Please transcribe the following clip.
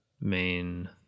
main